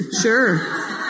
Sure